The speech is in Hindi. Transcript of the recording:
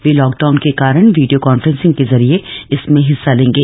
वे लॉकडाउन के कारण वीडियो कांफ्रेंसिंग के जरिये इसमें हिस्सा लेंगे